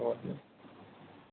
হ'ব দিয়ক